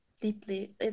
deeply